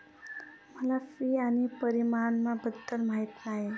मला फी आणि परिणामाबद्दल माहिती नाही